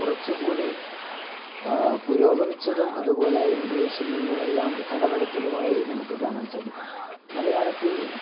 കുറച്ച കൂടി പുരോഗമിച്ചതും അതുപോലെ ഇംഗ്ലീഷിൽ നിന്നുമെല്ലാം കടമെടുത്തതുമായി നമുക്കു കാണാൻ സാധിക്കും മലയാളത്തിൽ